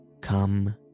Come